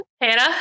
Hannah